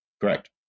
Correct